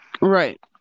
right